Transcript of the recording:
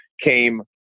came